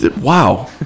Wow